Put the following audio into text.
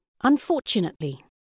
Unfortunately